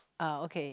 uh okay